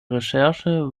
recherche